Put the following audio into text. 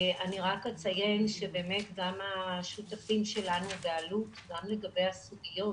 רק אציין שגם השותפים שלנו באלו"ט גם לגבי הסוגיות